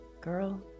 Girl